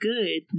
good